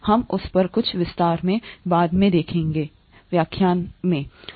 हम उस पर कुछ विस्तार से बाद में देखेंगे व्याख्यान दिए